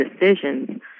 decisions